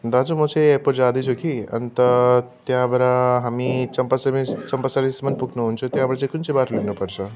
दाजु म चाहिँ एयरपोर्ट जाँदैछु कि अन्त त्यहाँबाट हामी चम्पासरीमा चम्पासरीसम्म पुग्नु हुन्छ त्यहाँबाट चाहिँ कुन चाहिँ बाटो हिँड्नु पर्छ